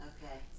Okay